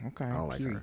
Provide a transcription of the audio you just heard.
okay